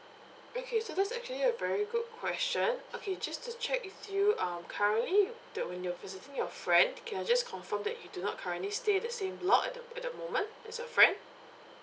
okay so that's actually a very good question okay just to check with you um currently th~ when you're visiting your friend can I just confirm that you do not currently stay at the same block at the at the moment as your friend